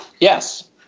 Yes